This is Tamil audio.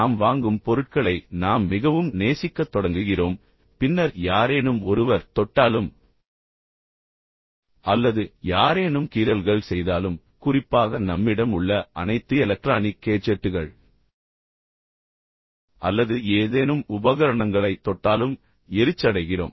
நாம் வாங்கும் பொருட்களை நாம் மிகவும் நேசிக்கத் தொடங்குகிறோம் பின்னர் யாரேனும் ஒருவர் தொட்டாலும் அல்லது யாரேனும் கீறல்கள் செய்தாலும் குறிப்பாக நம்மிடம் உள்ள அனைத்து எலக்ட்ரானிக் கேஜெட்டுகள் அல்லது ஏதேனும் உபகரணங்களைத் தொட்டாலும் எரிச்சலடைகிறோம்